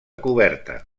coberta